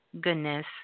goodness